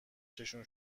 چششون